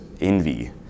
envy